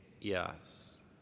yes